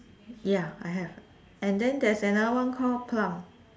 ya I have and then there's another [one] called plum